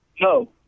No